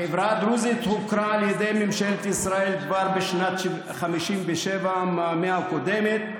החברה הדרוזית הוכרה על ידי ממשלת ישראל כבר בשנת 57 במאה הקודמת,